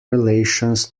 relations